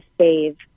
save